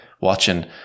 watching